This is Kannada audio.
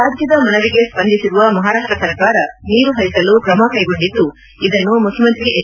ರಾಜ್ಯದ ಮನವಿಗೆ ಸ್ಪಂದಿಸಿರುವ ಮಹಾರಾಷ್ಷ ಸರ್ಕಾರ ನೀರು ಹರಿಸಲು ಕ್ರಮ ಕೈಗೊಂಡಿದ್ದು ಇದನ್ನು ಮುಖ್ಯಮಂತ್ರಿ ಹೆಚ್